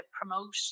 promote